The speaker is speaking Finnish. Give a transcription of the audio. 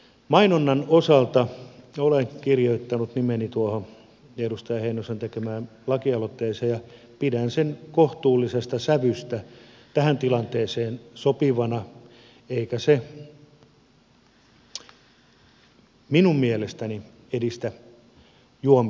mainonnan osalta olen kirjoittanut nimeni tuohon edustaja heinosen tekemään lakialoitteeseen ja pidän sen kohtuullista sävyä tähän tilanteeseen sopivana eikä se minun mielestäni edistä juomisen kulttuuria